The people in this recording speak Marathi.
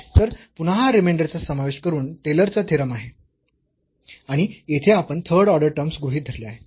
तर पुन्हा हा रिमेंडर चा समावेश करून टेलर चा थेरम आहे आणि येथे आपण थर्ड ऑर्डर टर्म्स गृहीत धरल्या आहेत